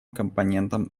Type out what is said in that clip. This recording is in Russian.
компонентом